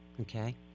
Okay